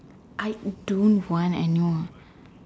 I don't want anymore